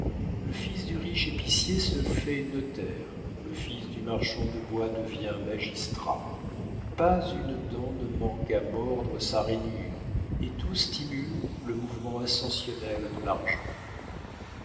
le fils du riche épicier se fait notaire le fils du marchand de bois devient magistrat pas une dent ne manque à mordre sa rainure et tout stimule le mouvement ascensionnel de l'argent